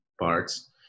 parts